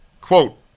Quote